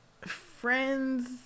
Friends